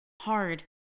hard